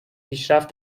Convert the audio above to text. پیشرفت